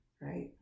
right